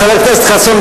חבר הכנסת חסון,